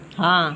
हाँ